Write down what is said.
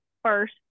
first